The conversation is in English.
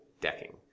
decking